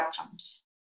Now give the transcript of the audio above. outcomes